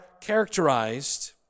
characterized